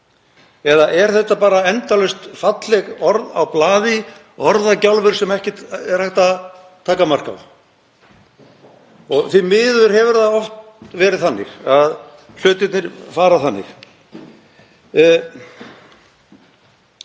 Eða eru þetta bara endalaust falleg orð á blaði, orðagjálfur sem ekki er hægt að taka mark á? Því miður hefur það oft verið þannig að hlutirnir fara þannig.